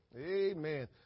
Amen